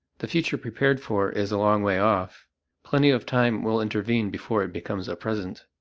the future prepared for is a long way off plenty of time will intervene before it becomes a present.